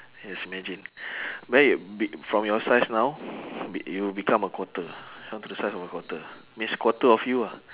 yes imagine maybe from your size now be you will become a quarter shrunk to the size of a quarter means quarter of you ah